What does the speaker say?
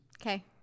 Okay